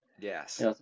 Yes